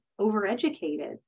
overeducated